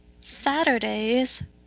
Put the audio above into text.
Saturday's